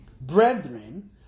brethren